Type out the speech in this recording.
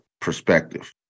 perspective